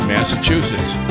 Massachusetts